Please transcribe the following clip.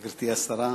תודה, גברתי השרה,